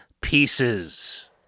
Pieces